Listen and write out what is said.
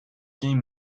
game